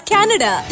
Canada